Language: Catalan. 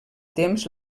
temps